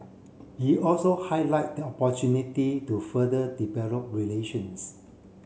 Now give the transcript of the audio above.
he also highlight the opportunity to further develop relations